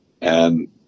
And-